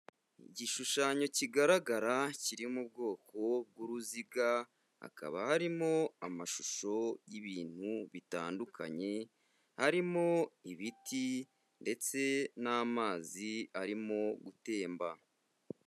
Igishushanyo kigaragara kiri mu bwoko bw'uruziga, hakaba harimo amashusho y'ibintu bitandukanye, harimo ibiti ndetse n'amazi arimo gutemba.